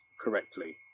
correctly